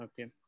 Okay